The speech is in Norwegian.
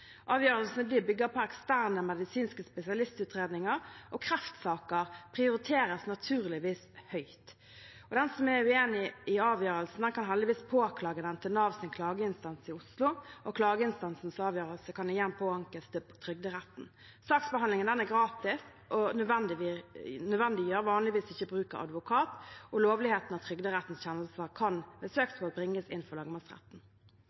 prioriteres naturligvis høyt. Den som er uenig i avgjørelsen, kan heldigvis påklage den til Navs klageinstans i Oslo, og klageinstansens avgjørelse kan igjen påankes til Trygderetten. Saksbehandlingen er gratis og nødvendiggjør vanligvis ikke bruk av advokat. Lovligheten av Trygderettens kjennelser kan ved søksmål bringes inn for lagmannsretten.